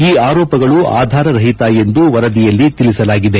ಈ ಆರೋಪಗಳು ಆಧಾರ ರಹಿತ ಎಂದು ವರದಿಯಲ್ಲಿ ತಿಳಿಸಲಾಗಿದೆ